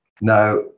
Now